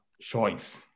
choice